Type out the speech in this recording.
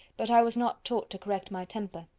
but i was not taught to correct my temper.